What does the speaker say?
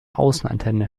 außenantenne